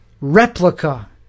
replica